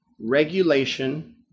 Regulation